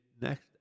next